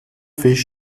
fish